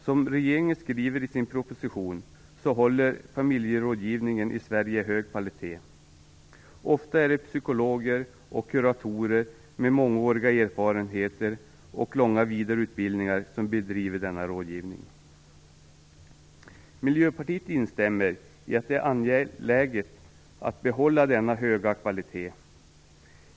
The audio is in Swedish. Som regeringen skriver i sin proposition, håller familjerådgivningen i Sverige hög kvalitet. Ofta är det psykologer och kuratorer med mångåriga erfarenheter och långa vidareutbildningar som bedriver denna rådgivning. Miljöpartiet instämmer i att det är angeläget att behålla denna höga kvalitet.